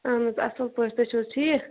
اہن حظ اصٕل پٲٹھۍ تُہۍ چھُو حظ ٹھیٖک